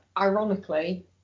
ironically